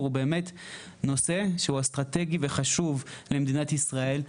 הוא באמת נושא שהוא אסטרטגי וחשוב למדינת ישראל.